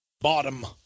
Bottom